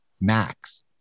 max